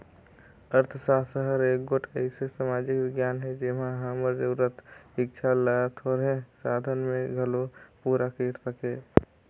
अर्थसास्त्र हर एगोट अइसे समाजिक बिग्यान हे जेम्हां हमर जरूरत, इक्छा ल थोरहें साधन में घलो पूरा कइर सके